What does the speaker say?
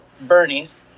Bernie's